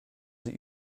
sie